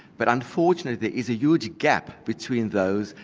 but unfortunately there is a huge gap between those,